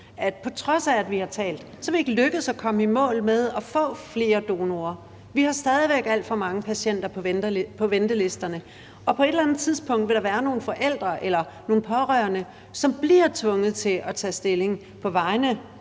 at på trods af at vi har talt, er vi ikke lykkedes med at komme i mål med at få flere donorer. Vi har stadig væk alt for mange patienter på ventelisterne, og på et eller andet tidspunkt vil der være nogle forældre eller nogle pårørende, som bliver tvunget til at tage stilling på vegne